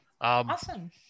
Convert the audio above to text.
awesome